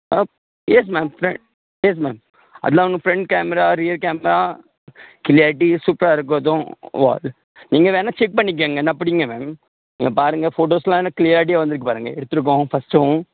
ஆனா yes ma'am ஃப்ரெ yes ma'am அதெல்லாம் வந்து friend camera real camera clarity சூப்பராக இருக்கும் அதுவும் ஓ அது நீங்கள் வேணுன்னா செக் பண்ணிக்கங்க இந்தா பிடிங்க மேம் இங்கே பாருங்கள் போட்டோஸ் எல்லாம் க்ளியாரிட்டியாக வந்துருக்கு பாருங்கள் எடுத்துருக்கோம் ஃபர்ஸ்ட்டும்